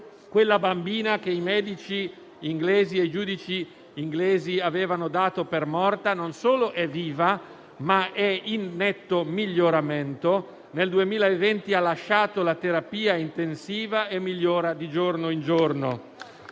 quella bambina, che i medici e i giudici inglesi avevano dato per morta, non solo è viva, ma è in netto miglioramento: nel 2020 ha lasciato la terapia intensiva e migliora di giorno in giorno.